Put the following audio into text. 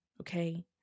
Okay